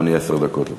עשר דקות לרשותך.